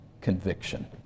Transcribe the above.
Conviction